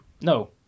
No